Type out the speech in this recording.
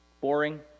boring